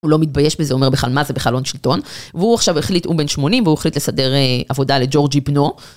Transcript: הוא לא מתבייש בזה, הוא אומר בכלל, מה זה בכלל הון-שלטון. והוא עכשיו החליט, הוא בן 80 והוא החליט לסדר עבודה לג'ורג'י בנו.